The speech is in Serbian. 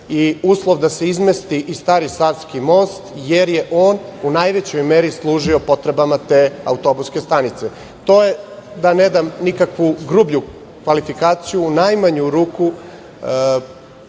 i uslov da se izmesti i Stari savski most, jer je on u najvećoj meri služio potrebama te autobuske stanice. To je, da ne dam nikakvu grublju kvalifikaciju, u najmanju ruku